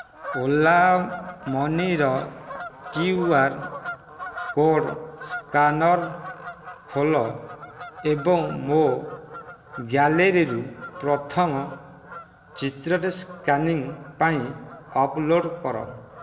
ଓଲା ମନିର Q R code scanner ଖୋଲ ଏବଂ ମୋ ଗ୍ୟାଲେରୀରୁ ପ୍ରଥମ ଚିତ୍ରଟି ସ୍କାନିଂ ପାଇଁ ଅପ୍ଲୋଡ଼୍ କର